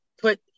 put